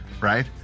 right